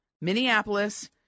Minneapolis